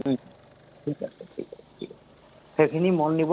ঠিক আছে ঠিক আছে ঠিক আছে সেইখিনি মন দিব